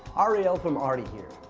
ariel from arti here.